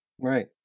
right